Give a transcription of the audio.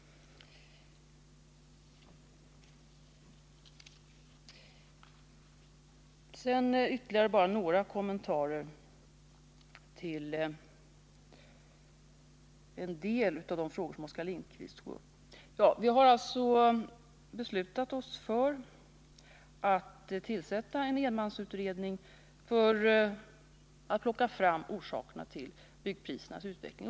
Sedan bara ytterligare några kommentarer till en del av de frågor som Oskar Lindkvist tog upp. Vi har alltså beslutat oss för att tillsätta en enmansutredning för att plocka fram orsakerna till byggprisernas utveckling.